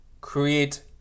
create